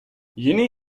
juni